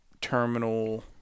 terminal